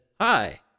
Hi